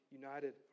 united